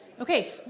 Okay